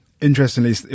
Interestingly